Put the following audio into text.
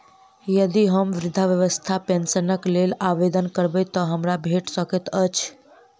यदि हम वृद्धावस्था पेंशनक लेल आवेदन करबै तऽ हमरा भेट सकैत अछि?